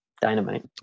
Dynamite